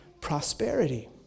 prosperity